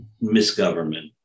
misgovernment